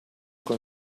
con